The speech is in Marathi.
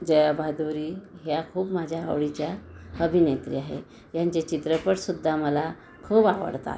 जया भादुरी ह्या खूप माझ्या आवडीच्या अभिनेत्री आहे ह्यांचे चित्रपटसुद्धा मला खूप आवडतात